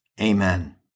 Amen